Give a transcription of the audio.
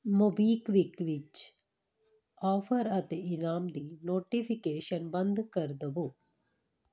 MobiKwik ਵਿੱਚ offer ਅਤੇ ਇਨਾਮ ਦੀ ਨੋਟੀਫਿਕੇਸ਼ਨ ਬੰਦ ਕਰ ਦਵੋ